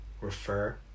refer